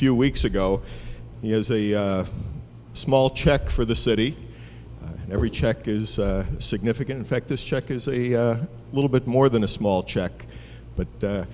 few weeks ago he has a small check for the city every check is significant in fact this check is a little bit more than a small check but